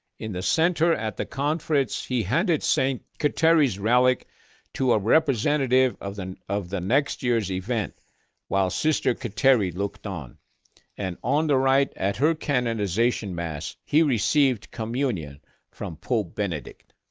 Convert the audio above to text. in the center at the conference, he handed st. kateri's relic to a representative of the of the next year's event while sister kateri looked on and on the right at her canonization mass, he received communion from pope benedict.